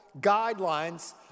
guidelines